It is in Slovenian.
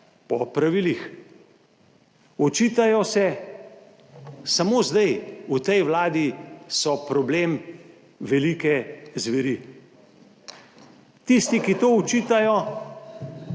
po pravilih. Očitajo se, samo zdaj v tej Vladi, so problem velike zveri, tisti, ki to očitajo,